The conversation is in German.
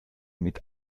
mit